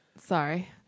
sorry